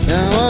Now